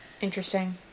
Interesting